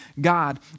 God